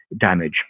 damage